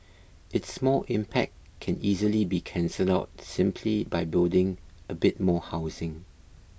its small impact can easily be cancelled out simply by building a bit more housing